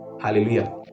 Hallelujah